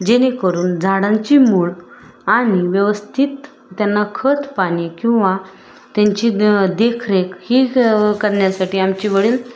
जेणेकरून झाडांची मूळ आणि व्यवस्थित त्यांना खत पाणी किंवा त्यांची न देखरेख ही क करण्यासाठी आमचे वडील